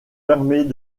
permet